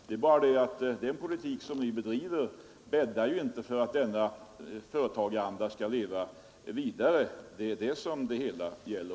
Det är bara det att den politik som regeringen bedriver bäddar inte för att denna företagaranda skall utvecklas. Det är det saken gäller.